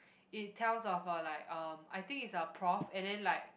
it tells of a like um I think it's a prof and then like